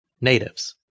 natives